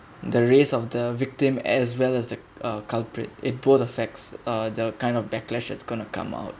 the race of the victim as well as the uh culprit it both the facts are the kind of backlash it's going to come out